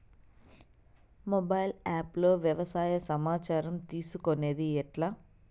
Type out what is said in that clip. Mobile app లో వ్యవసాయ సమాచారం తీసుకొనేది ఎట్లా?